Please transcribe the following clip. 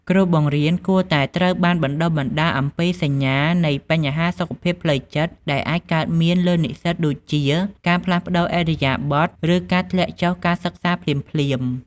គ្រូបង្រៀនគួរតែត្រូវបានបណ្ដុះបណ្ដាលអំពីសញ្ញានៃបញ្ហាសុខភាពផ្លូវចិត្តដែលអាចកើតមានលើនិស្សិតដូចជាការផ្លាស់ប្តូរឥរិយាបថឬការធ្លាក់ចុះការសិក្សាភ្លាមៗ។